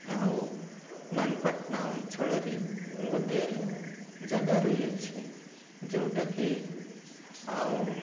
ଆଉ ନାନପାଟନା ଅଞ୍ଚଳରେ ଗୋଟିଏ ଜାଗା ରହିଅଛି ଯେଉଁଟାକି ଆଉ